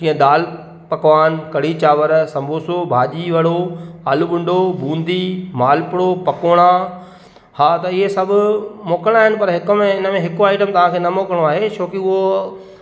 जीअं दाल पकवान कढ़ी चांवर सम्बोसो भाॼी वड़ो आलू बंडो बूंदी माल पुड़ो पकोड़ा हा त इहे सभु मोकिलिणा इन पर हिक में इन में हिकु आईटम तव्हां खे न मोकिलणो आहे छोकी उहो